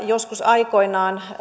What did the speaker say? joskus aikoinaan